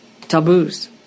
taboos